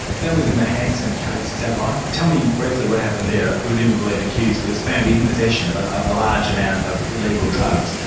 that was in the hansen case, is that right? tell me briefly what happened there, presumably an accused was found in possession of a large amount of illegal drugs,